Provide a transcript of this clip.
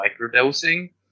microdosing